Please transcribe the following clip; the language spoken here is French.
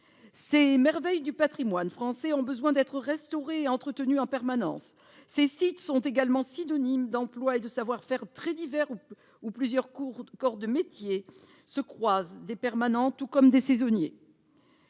Ces merveilles du patrimoine français ont besoin d'être restaurées et entretenues en permanence. Ces sites sont également synonymes d'emplois et de savoir-faire très divers où plusieurs corps de métier se croisent, des permanents tout comme des saisonniers.